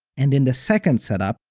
and in the second setup,